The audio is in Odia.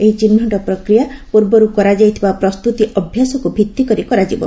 ଏହି ଚିହ୍ନଟ ପ୍ରକ୍ରିୟା ପୂର୍ବରୁ କରାଯାଇଥିବା ପ୍ରସ୍ତୁତି ଅଭ୍ୟାସକୁ ଭିତ୍ତିକରି କରାଯିବ